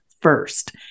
first